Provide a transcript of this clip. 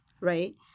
right